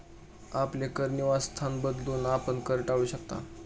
आपले कर निवासस्थान बदलून, आपण कर टाळू शकता